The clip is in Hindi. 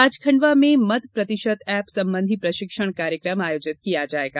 आज खंडवा में मत प्रतिशत ऐप संबंधी प्रशिक्षण कार्यक्रम आयोजित किया जायेगा